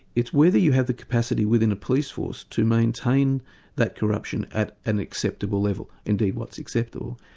it's whether you have the capacity within a police force to maintain that corruption at an acceptable level, indeed what's acceptable.